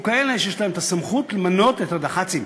כאלה שיש להם הסמכות למנות את הדח"צים.